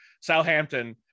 southampton